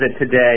today